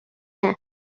است